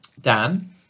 Dan